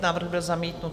Návrh byl zamítnut.